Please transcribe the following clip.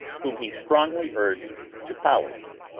whom he strongly urged to follow him.